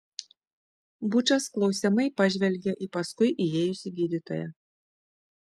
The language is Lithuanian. bučas klausiamai pažvelgė į paskui įėjusį gydytoją